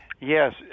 yes